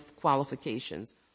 qualifications